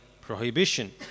prohibition